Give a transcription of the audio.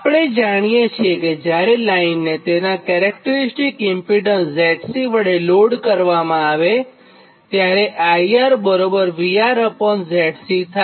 આપણે જાણીએ છીએ કેજ્યારે લાઇનને તેનાં કેરેક્ટરીસ્ટીક ઇમ્પીડન્સ Zc વડે લોડ કરવામાં આવેત્યારે IRVRZC થાય